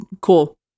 cool